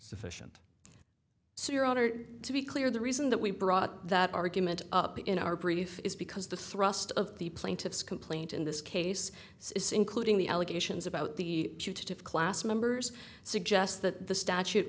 sufficient so your honor to be clear the reason that we brought that argument up in our brief is because the thrust of the plaintiff's complaint in this case is including the allegations about the putative class members suggest that the statute